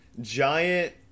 giant